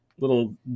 little